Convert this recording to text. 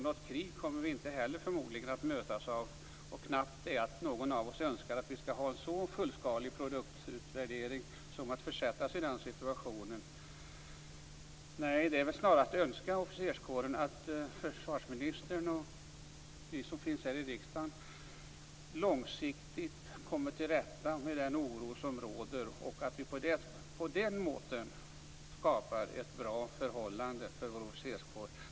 Något krig kommer vi gudskelov förmodligen inte heller att mötas av. Och knappast någon av oss önskar väl att vi skall ha en så fullskalig produktutvärdering som att vi skulle försättas i den situationen. Nej, det är väl snarast att önska officerskåren att försvarsministern och vi som finns här i riksdagen långsiktigt kommer till rätta med den oro som råder och att vi på det sättet skapar ett bra förhållande för vår officerskår.